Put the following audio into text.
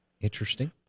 Interesting